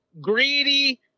greedy